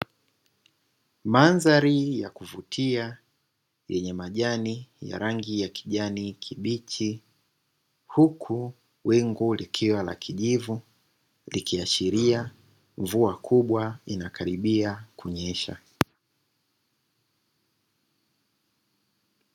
Mandhari ya kuvutia yenye majani ya rangi ya kijani kibichi, huku wingu likiwa la kijivu likiashiria mvua kubwa inakaribia kunyesha.